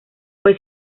fue